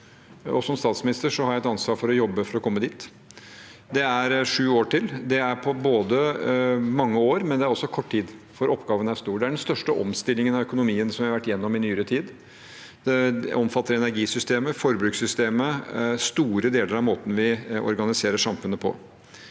Som statsminister har jeg et ansvar for å jobbe for å komme dit. Det er sju år til. Det er mange år, men det er også kort tid, for oppgaven er stor. Det er den største omstillingen av økono mien som vi har vært gjennom i nyere tid. Det omfatter energisystemet, forbrukssystemet, store deler av måten vi organiserer samfunnet på.